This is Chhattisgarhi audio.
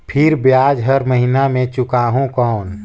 फिर ब्याज हर महीना मे चुकाहू कौन?